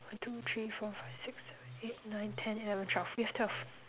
one two three four five six seven eight nine ten eleven twelve we've twelve